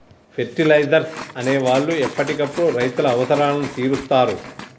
fertilisers అనే వాళ్ళు ఎప్పటికప్పుడు రైతుల అవసరాలను తీరుస్తారు